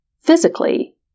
physically